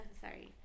sorry